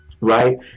right